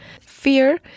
Fear